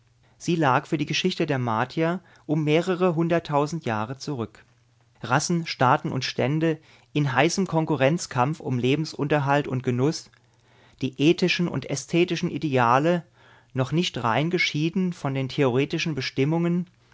sie lag für die geschichte der martier um mehrere hunderttausend jahre zurück rassen staaten und stände in heißem konkurrenzkampf um lebensunterhalt und genuß die ethischen und ästhetischen ideale noch nicht rein geschieden von den theoretischen bestimmungen